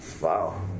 Wow